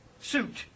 suit